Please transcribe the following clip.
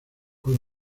con